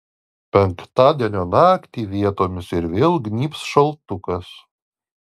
penktadienio naktį vietomis ir vėl gnybs šaltukas